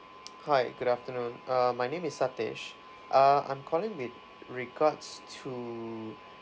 hi good afternoon uh my name is satesh uh I'm calling with regards to